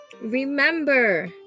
remember